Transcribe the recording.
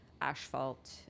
asphalt